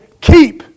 keep